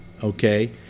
Okay